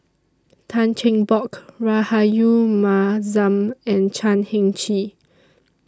Tan Cheng Bock Rahayu Mahzam and Chan Heng Chee